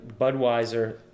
Budweiser